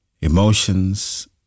emotions